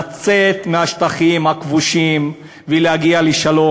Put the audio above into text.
לצאת מהשטחים הכבושים ולהגיע לשלום.